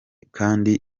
kandi